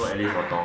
so at least 我懂